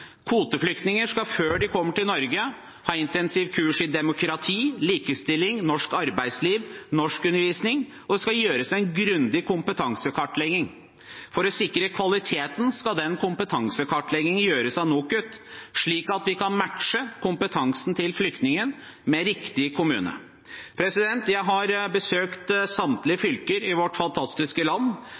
Kvoteflyktninger skal før de kommer til Norge, ha intensivkurs i demokrati og likestilling, om norsk arbeidsliv, ha norskundervisning, og det skal gjøres en grundig kompetansekartlegging. For å sikre kvaliteten skal den kompetansekartleggingen gjøres av NOKUT, slik at vi kan matche kompetansen til flyktningen med riktig kommune. Jeg har besøkt samtlige fylker i vårt fantastiske land,